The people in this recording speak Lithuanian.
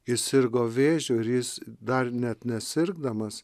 jis sirgo vėžiu ir jis dar net nesirgdamas